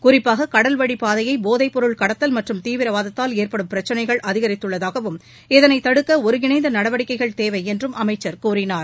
குறிப்பாக கடல்வழி பாதையை போதைப்பொருள் கடத்தல் மற்றும் தீவிரவாதத்தால் ஏற்படும் பிரச்சினைகள் அதிகரித்துள்ளதாகவும் இதனை தடுக்க ஒருங்கிணைந்த நடவடிக்கைகள் தேவை என்றும் அமைச்சர் கூறினார்